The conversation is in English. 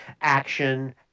Action